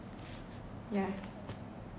yeah